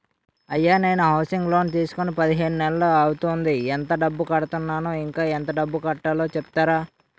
అయ్యా నేను housing loan తీసుకొని పదిహేను నెలలు అవుతోందిఎంత కడుతున్నాను, ఇంకా ఎంత డబ్బు కట్టలో చెప్తారా?